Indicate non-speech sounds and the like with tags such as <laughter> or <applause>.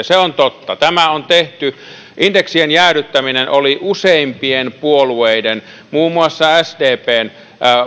<unintelligible> se on totta tämä on tehty indeksien jäädyttäminen oli useimpien puolueiden muun muassa sdpn